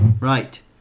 right